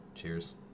Cheers